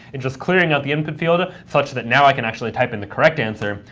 and just clearing out the input field such that now i can actually type in the correct answer,